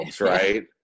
right